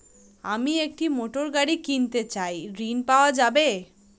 আমি একটি মোটরগাড়ি কিনতে চাই ঝণ পাওয়া যাবে?